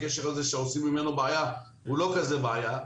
הקשר הזה שעושים ממנו בעיה הוא לא כזה בעיה,